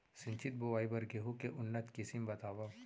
सिंचित बोआई बर गेहूँ के उन्नत किसिम बतावव?